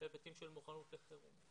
בהיבטים של מוכנות לחירום.